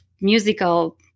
musical